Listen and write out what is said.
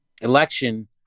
election